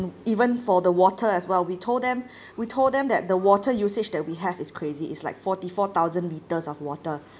even for the water as well we told them we told them that the water usage that we have is crazy it's like forty four thousand litres of water